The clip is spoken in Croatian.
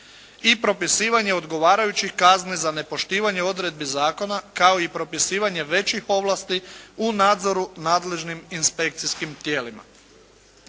i propisivanje odgovarajućih kazni za nepoštivanje odredbi zakona kao i propisivanje većih ovlasti u nadzoru nadležnim inspekcijskim tijelima.